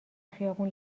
خیابون